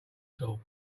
salt